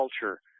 culture